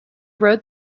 rode